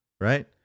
right